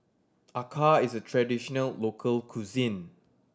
Acar is a traditional local cuisine